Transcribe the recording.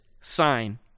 sign